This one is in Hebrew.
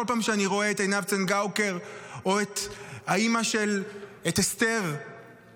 כל פעם שאני רואה את עינב צנגאוקר או את אסתר בוכשטב,